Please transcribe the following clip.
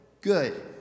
good